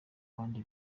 bandi